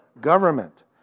government